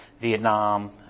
Vietnam